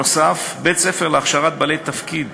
נוסף על כך, בית-ספר להכשרת בעלי תפקיד